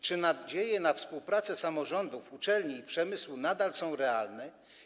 Czy nadzieje na współpracę samorządów, uczelni i przemysłu nadal są realne?